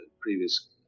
previous